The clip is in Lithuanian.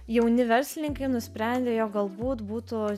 jauni verslininkai nusprendė jog galbūt būtų